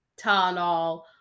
Tylenol